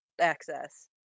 access